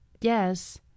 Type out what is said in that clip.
Yes